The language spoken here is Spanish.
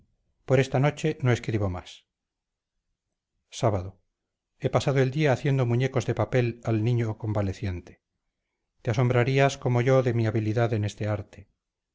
por esta noche no escribo más sábado he pasado el día haciendo muñecos de papel al niño convaleciente te asombrarías como yo de mi habilidad en este arte